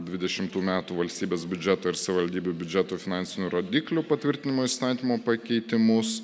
dvidešimtų metų valstybės biudžeto ir savivaldybių biudžetų finansinių rodiklių patvirtinimo įstatymo pakeitimus